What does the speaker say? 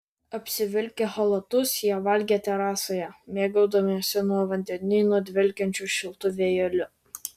apsivilkę chalatus jie valgė terasoje mėgaudamiesi nuo vandenyno dvelkiančiu šiltu vėjeliu